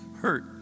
hurt